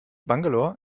bangalore